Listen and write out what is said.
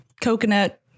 coconut